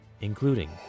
including